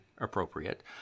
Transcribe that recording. appropriate